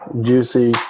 juicy